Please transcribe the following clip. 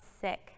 sick